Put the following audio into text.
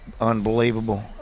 unbelievable